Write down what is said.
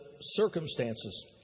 circumstances